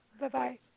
Bye-bye